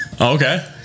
Okay